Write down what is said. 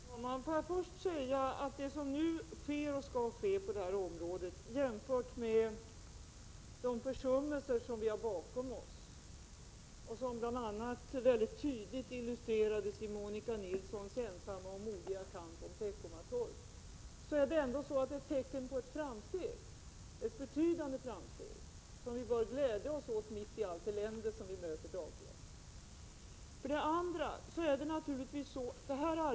Herr talman! Får jag först säga att det som nu sker och skall ske på det här området jämfört med de försummelser som vi har bakom oss och som bl.a. tydligt illustrerades i Monica Nilssons ensamma och modiga kamp i Teckomatorp ändå är tecken på ett betydande framsteg, som vi bör glädja oss åt mitt i allt elände som vi möter dagligen. Det här arbetet kommer att bestå av tre steg.